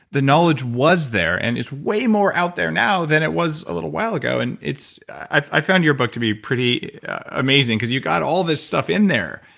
the knowledge was there and it's way more out there now than it was a little while ago and it's. i found your book to be pretty amazing because you got all this stuff in there,